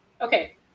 okay